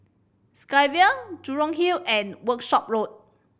Sky Vue Jurong Hill and Workshop Road